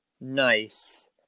Nice